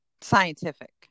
scientific